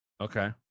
okay